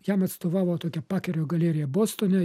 jam atstovavo tokia pakerio galerija bostone